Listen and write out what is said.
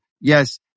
yes